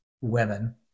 women